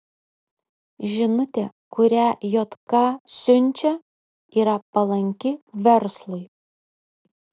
žinutė kurią jk siunčia yra palanki verslui